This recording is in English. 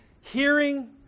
hearing